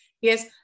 Yes